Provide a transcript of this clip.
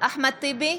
אחמד טיבי,